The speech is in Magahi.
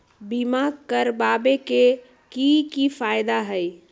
बीमा करबाबे के कि कि फायदा हई?